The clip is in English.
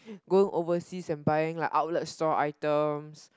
go overseas and buying lah outlet store items